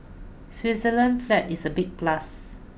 Switzerland's flag is a big plus